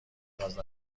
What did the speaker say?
ابراز